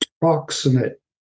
proximate